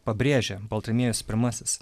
pabrėžia baltramiejus pirmasis